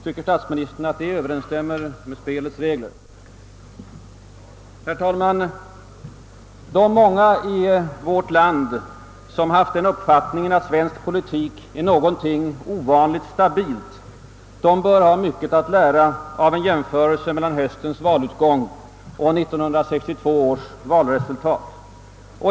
Tycker statsministern att detta överensstämmer med spelets regler? De många i vårt land som haft den uppfattningen, att svensk politik är något ovanligt stabilt, bör ha mycket att lära av en jämförelse mellan höstens valutgång och 1962 års valresultat.